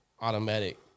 automatic